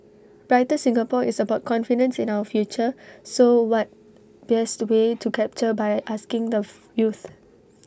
brighter Singapore is about confidence in our future so what best way to capture by asking the youth